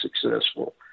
successful